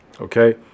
okay